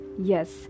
yes